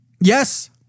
yes